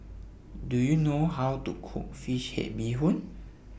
Do YOU know How to Cook Fish Head Bee Hoon